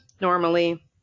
normally